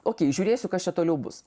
okei žiūrėsiu kas čia toliau bus